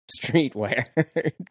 streetwear